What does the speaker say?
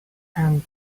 and